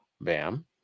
Bam